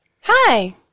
hi